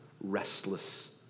restless